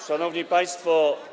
Szanowni Państwo!